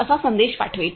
असा संदेश पाठवेल